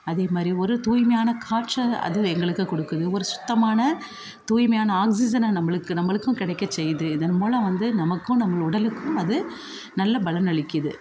அதே மாதிரி ஒரு தூய்மையான காற்றை அது எங்களுக்குக் கொடுக்குது ஒரு சுத்தமான தூய்மையான ஆக்சிஜனை நம்மளுக்கு நம்மளுக்கும் கிடைக்க செய்யுது இதன் மூலம் வந்து நமக்கும் நம் உடலுக்கும் அது நல்ல பலன் அளிக்கிறது